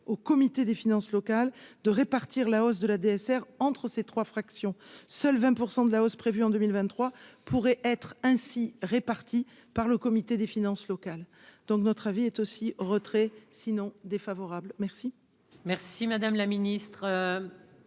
au comité des finances locales de répartir la hausse de la DSR entre ces 3 fraction, seuls 20 % de la hausse prévue en 2023 pourraient être ainsi répartis par le comité des finances locales, donc notre avis est aussi retrait sinon défavorable merci.